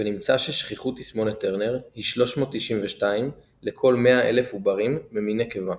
ונמצא ששכיחות תסמונת טרנר היא 392 לכל 100,000 עוברים ממין נקבה.